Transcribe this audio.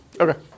Okay